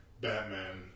Batman